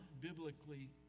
biblically